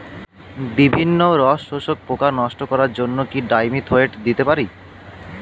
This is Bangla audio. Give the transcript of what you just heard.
বিভিন্ন রস শোষক পোকা নষ্ট করার জন্য কি ডাইমিথোয়েট দিতে পারি?